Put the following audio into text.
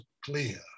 clear